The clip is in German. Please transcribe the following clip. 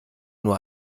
nur